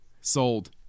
Sold